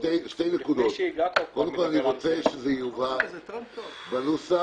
שתי נקודות: קודם כול, אני רוצה שיובהר בנוסח